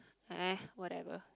eh whatever